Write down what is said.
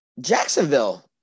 Jacksonville